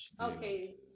okay